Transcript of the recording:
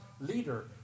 leader